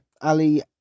Ali